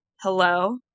Hello